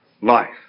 life